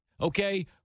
okay